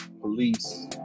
Police